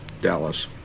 Dallas